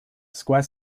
square